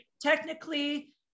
technically